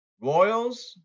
Royals